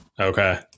okay